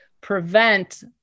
prevent